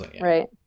Right